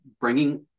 bringing